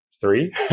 three